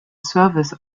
service